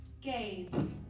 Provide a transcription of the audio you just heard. Gabe